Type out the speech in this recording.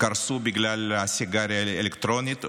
קרסו בגלל סיגריה אלקטרונית,